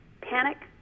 panic